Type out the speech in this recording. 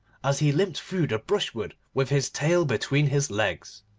as he limped through the brushwood with his tail between his legs,